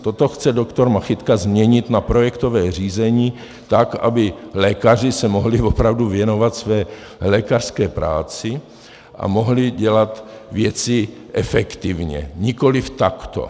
Toto chce doktor Machytka změnit na projektové řízení, tak aby lékaři se mohli věnovat opravdu své lékařské práci a mohli dělat věci efektivně, nikoliv takto.